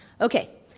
Okay